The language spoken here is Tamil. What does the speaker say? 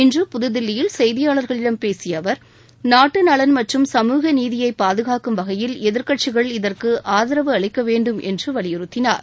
இன்று புதுதில்லியில் செய்தியாளர்களிடம் பேசிய அவர் நாட்டுநலன் மற்றும் சமூக நீதியை பாதுகாக்கும் வகையில் எதிர்கட்சிகள் இதற்கு ஆதரவு அளிக்க வேண்டும் என்று வலியுறுத்தினார்